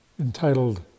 entitled